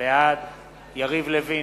בעד יריב לוין,